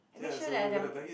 I make sure that their